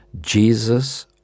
jesus